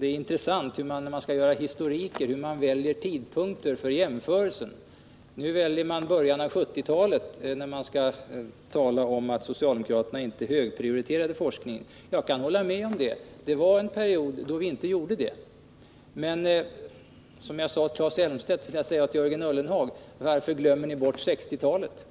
det intressant hur man väljer tidpunkter för jämförelser i en historik. Nu väljer man början av 1970-talet när man skall tala om att socialdemokraterna inte högprioriterade forskningen. Jag kan hålla med om det—det var en period då vi inte gjorde det. Men då vill jag ställa samma fråga till Jörgen Ullenhag som till Claes Elmstedt: Varför glömmer ni bort 1960-talet?